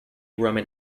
roman